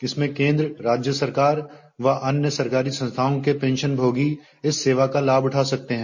इसमें केन्द्र राज्य सरकार व अन्य सरकारी संस्थाओं के पेंशनभोगी इस सेवा का लाभ उठा सकते हैं